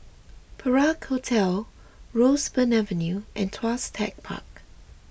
Perak Hotel Roseburn Avenue and Tuas Tech Park